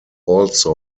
also